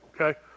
Okay